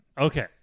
Okay